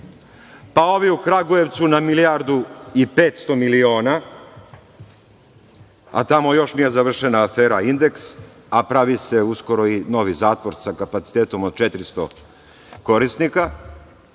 pa ovi u Kragujevcu na milijardu i 500 miliona, a tamo još nije završena afera „Indeks“, a pravi se uskoro i novi zatvor sa kapacitetom od 400 korisnika.